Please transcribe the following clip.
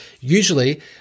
usually